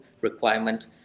requirement